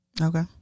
Okay